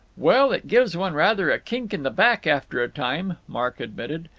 well, it gives one rather a kink in the back after a time, mark admitted.